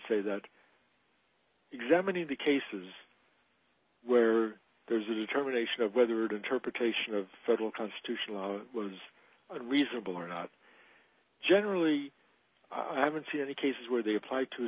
say that examining the cases where there's a determination of whether to interpretation of federal constitutional law was reasonable or not generally i haven't seen any cases where they apply to a